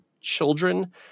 children